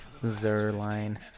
Zerline